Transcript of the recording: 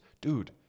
Dude